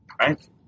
right